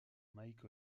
mike